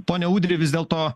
ponia ūdri vis dėlto